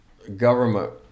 government